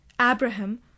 Abraham